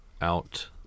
out